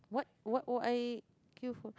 what what would I queue for